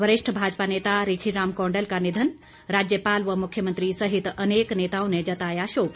वरिष्ठ भाजपा नेता रिखीराम कौंडल का निधन राज्यपाल व मुख्यमंत्री सहित अनेक नेताओं ने जताया शोक